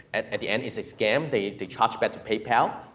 at at the end, it's a scam. they they charge back to paypal,